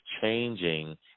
changing